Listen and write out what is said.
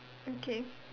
okay